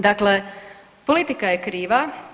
Dakle, politika je kriva.